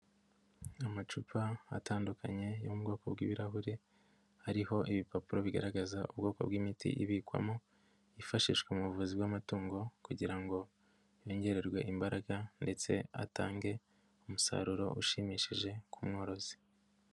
Amacupa atandukanye yo mu bwoko bw'ibirahure, ariho ibipapuro bigaragaza ubwoko bw'imiti ibikwamo yifashishwa mu buvuzi bw'amatungo kugira ngo yongererwe imbaraga ndetse atange umusaruro ushimishije ku mworozi.